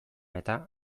eta